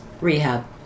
Rehab